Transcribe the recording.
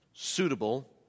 Suitable